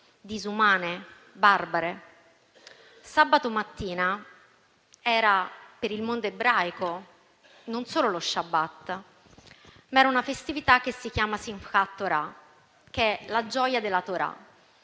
disumane, barbare. Sabato mattina per il mondo ebraico non era solo lo *shabbat*, ma era una festività che si chiama *Simchat Torah*, che è la gioia della *Torah*.